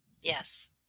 Yes